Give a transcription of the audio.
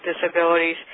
disabilities